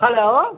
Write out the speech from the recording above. hello